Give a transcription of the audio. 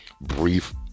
brief